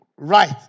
right